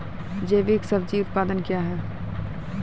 जैविक सब्जी उत्पादन क्या हैं?